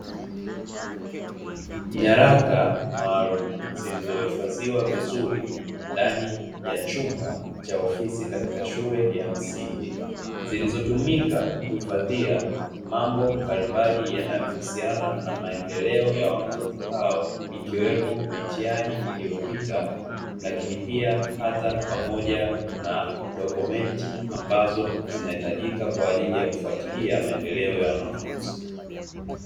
Nyaraka maalumu zilizohifadhiwa vizuri ndani ya chumba cha ofisi katika shule ya msingi zilizotumika kuhifadhia mambo mbalimbali yanayohusiana na maendeleo ya wanafunzi hao, ikiwemo mitihani iliyopita lakini pia hata pamoja na dokomenti, ambazo zinahitajika kwa ajili ya kufuatilia maendeleo ya wanafunzi.